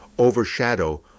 overshadow